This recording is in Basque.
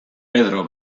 pedro